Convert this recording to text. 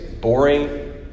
boring